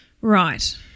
Right